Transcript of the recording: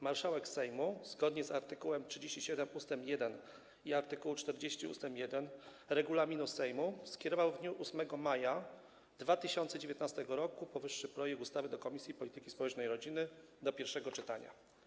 Marszałek Sejmu, zgodnie z art. 37 ust. 1 i art. 40 ust. 1 regulaminu Sejmu, skierował w dniu 8 maja 2019 r. powyższy projekt ustawy do Komisji Polityki Społecznej i Rodziny do pierwszego czytania.